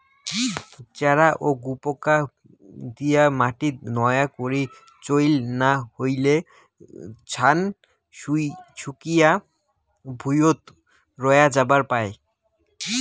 চ্যারা ও গুপোকা দিয়া মাটিত নয়া করি চইল না হইলে, ছান শুকিয়া ভুঁইয়ত রয়া যাবার পায়